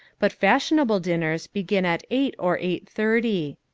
but fashionable dinners begin at eight or eight thirty.